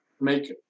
make